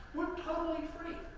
we're totally free,